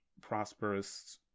prosperous